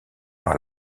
par